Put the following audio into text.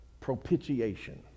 propitiation